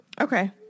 Okay